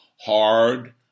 hard